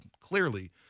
clearly